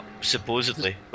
Supposedly